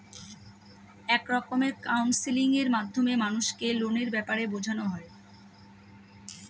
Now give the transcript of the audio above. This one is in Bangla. এক রকমের কাউন্সেলিং এর মাধ্যমে মানুষকে লোনের ব্যাপারে বোঝানো হয়